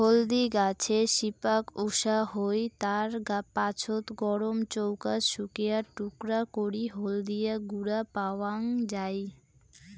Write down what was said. হলদি গছের শিপাক উষা হই, তার পাছত গরম চৌকাত শুকিয়া টুকরা করি হলদিয়া গুঁড়া পাওয়াং যাই